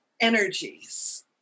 energies